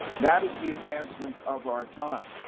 that is the advancement of our time.